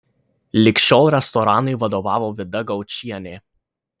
lig šiol restoranui vadovavo vida gaučienė